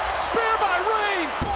by reigns.